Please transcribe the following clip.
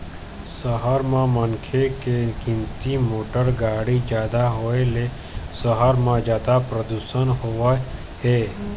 सहर म मनखे के गिनती, मोटर गाड़ी जादा होए ले सहर म जादा परदूसन होवत हे